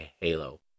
Halo